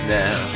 now